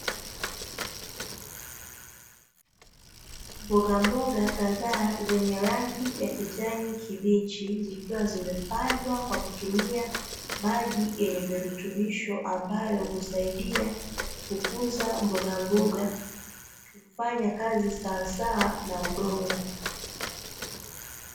Mbogamboga kadhaa zenye rangi ya kijani kibichi, zikiwa zimepandwa kwa kutumia maji yenye virutubisho ambayo husaidia kukuza mbogamboga, kufanya kazi sawasawa na udongo.